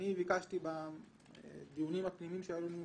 רונן, זה בדיוק מה שעכשיו אוסרים עליו לעשות.